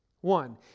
one